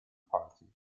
party